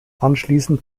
anschließend